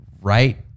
right